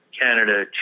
Canada